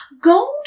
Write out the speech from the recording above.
Gold